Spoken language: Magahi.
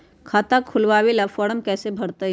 खाता खोलबाबे ला फरम कैसे भरतई?